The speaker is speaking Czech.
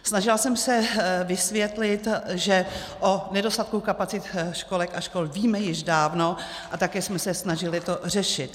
Snažila jsem se vysvětlit, že o nedostatku kapacit školek a škol víme již dávno a také jsme se snažili to řešit.